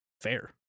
fair